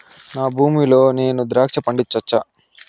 నా భూమి లో నేను ద్రాక్ష పండించవచ్చా?